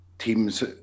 teams